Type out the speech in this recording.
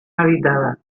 habitadas